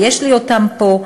יש לי אותם פה.